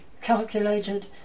calculated